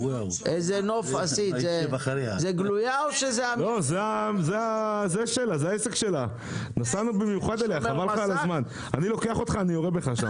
אני שמחה שיש